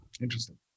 interesting